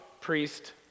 priest